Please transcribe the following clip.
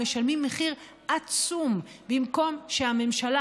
משלמים מחיר עצום במקום שהממשלה,